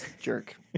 jerk